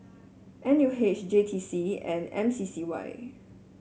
N U H J T C and M C C Y